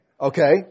Okay